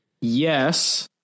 Yes